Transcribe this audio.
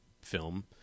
film